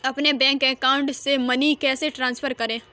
अपने bank account से money कैसे ट्रांसफर करें?